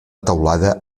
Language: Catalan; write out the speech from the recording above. teulada